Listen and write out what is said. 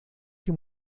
que